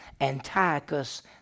Antiochus